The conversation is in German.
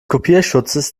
kopierschutzes